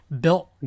Built